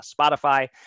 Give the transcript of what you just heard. Spotify